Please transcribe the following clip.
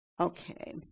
Okay